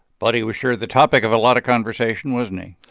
but he was sure the topic of a lot of conversation, wasn't he?